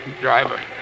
Driver